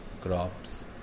crops